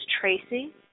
Tracy